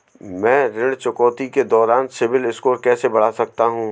मैं ऋण चुकौती के दौरान सिबिल स्कोर कैसे बढ़ा सकता हूं?